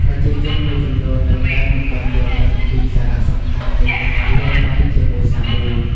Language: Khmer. ប្រជាជនមួយចំនួននៅតែមិនទាន់យល់ដឹងពីសារៈសំខាន់នៃការលាងដៃជាមួយសាប៊ូ។